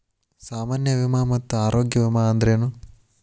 ಸಾಮಾನ್ಯ ವಿಮಾ ಮತ್ತ ಆರೋಗ್ಯ ವಿಮಾ ಅಂದ್ರೇನು?